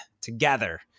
together